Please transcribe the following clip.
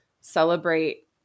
celebrate